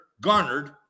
garnered